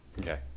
Okay